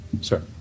Sir